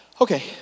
Okay